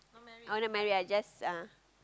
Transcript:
oh not married ah just uh